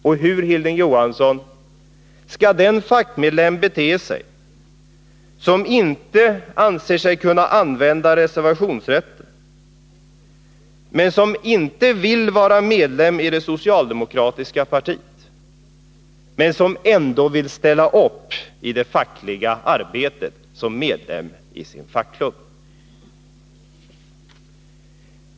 Och hur, Hilding Johansson, skall den fackmedlem bete sig som inte anser sig kunna använda reservationsrätten, som inte vill vara medlem i det socialdemokratiska partiet men som ändå vill ställa upp i det fackliga arbetet som medlem i sin fackklubb?